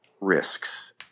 risks